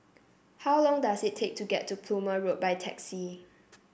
how long does it take to get to Plumer Road by taxi